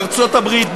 בארצות-הברית,